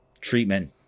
treatment